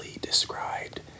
described